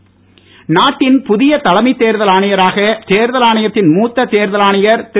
தலைமைத் தேர்தல் ஆணையர் நாட்டின் புதிய தலைமைத் தேர்தல் ஆணையராக தேர்தல் ஆணையத்தின் மூத்த தேர்தல் ஆணையர் திரு